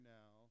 now